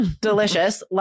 Delicious